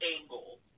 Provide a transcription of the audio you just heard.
angle